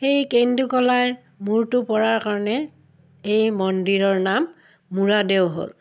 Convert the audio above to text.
সেই কেন্দুকলাৰ মূৰটো পৰাৰ কাৰণে এই মন্দিৰৰ নাম মূৰাদেউ হ'ল